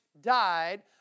died